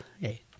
hey